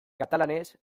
katalanez